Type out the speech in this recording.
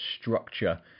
structure